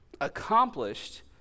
accomplished